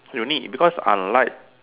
unique because unlike